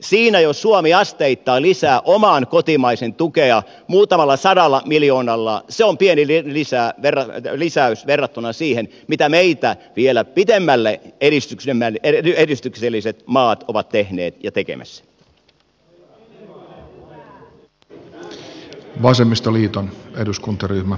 siinä jos suomi asteittain lisää oman kotimaisen tukea muutamalla sadalla miljoonalla se on pieni lisäys verrattuna siihen mitä meitä vielä pidemmällä olevat edistykselliset maat ovat tehneet ja tekemässä